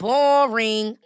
Boring